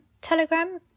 telegram